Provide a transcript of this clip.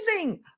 amazing